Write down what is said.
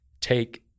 take